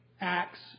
acts